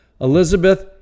Elizabeth